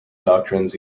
doctrines